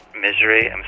misery